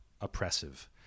oppressive